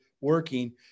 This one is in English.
working